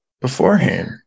Beforehand